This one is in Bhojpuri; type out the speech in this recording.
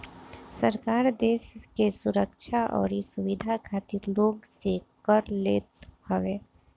सरकार देस के सुरक्षा अउरी सुविधा खातिर लोग से कर लेत हवे